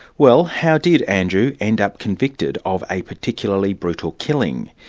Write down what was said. well, how did andrew end up convicted of a particularly brutal killing?